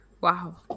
Wow